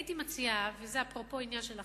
הייתי מציעה, זה אפרופו עניין של אכיפה,